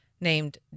named